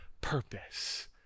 purpose